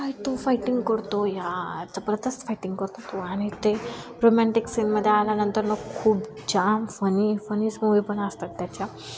काय तो फायटिंग करतो यार जबरदस्त फायटिंग करतो तो आणि ते रोमॅन्टिक सीनमध्ये आल्यानंतर मग खूप जाम फनी फनीज मूवी पण असतात त्याच्या